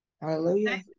Hallelujah